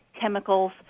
chemicals